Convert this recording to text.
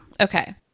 Okay